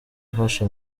ufasha